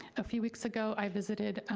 a few weeks ago i visited